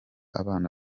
abana